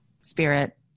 spirit